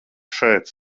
šeit